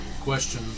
Question